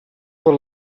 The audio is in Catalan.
per